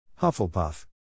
Hufflepuff